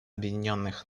объединенных